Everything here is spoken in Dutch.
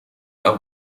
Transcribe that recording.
aan